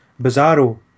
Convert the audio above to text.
Bizarro